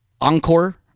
encore